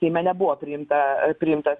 seime nebuvo priimta priimtas